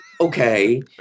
okay